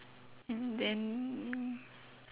and then